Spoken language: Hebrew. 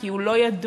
כי הוא לא ידוע,